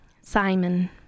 Simon